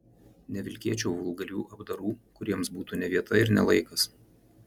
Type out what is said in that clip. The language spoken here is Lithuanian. nevilkėčiau vulgarių apdarų kuriems būtų ne vieta ir ne laikas